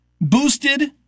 boosted